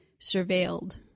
surveilled